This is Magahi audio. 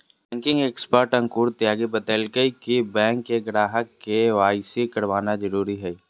बैंकिंग एक्सपर्ट अंकुर त्यागी बतयलकय कि बैंक के ग्राहक के.वाई.सी करवाना जरुरी हइ